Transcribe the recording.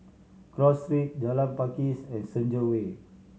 Cross Street Jalan Pakis and Senja Way